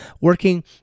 working